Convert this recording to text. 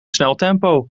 sneltempo